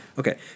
Okay